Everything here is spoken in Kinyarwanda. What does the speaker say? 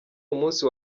umunsi